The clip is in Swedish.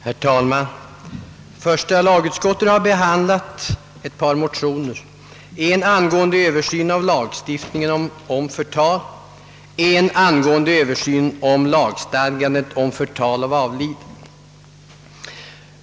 Herr talman! Första lagutskottet har behandlat ett par motioner, en angående översyn av lagstiftningen om förtal, en angående översyn av lagstadgandet om förtal av avliden.